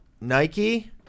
Nike